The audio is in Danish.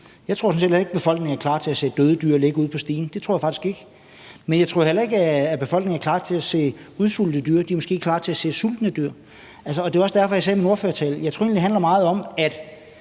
set heller ikke, at befolkningen er klar til at se døde dyr ligge ude på stien. Det tror jeg faktisk ikke, men jeg tror heller ikke, at befolkningen er klar til at se udsultede dyr. De er måske klar til at se sultne dyr, og det var også derfor, jeg sagde i min ordførertale, at jeg egentlig tror, at